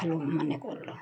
hello মনে করলো